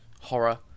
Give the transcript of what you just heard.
horror